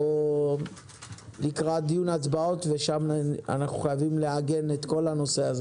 תוך כמה זמן אתם מניחים יינתן רישיון?